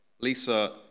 Lisa